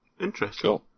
Interesting